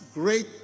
great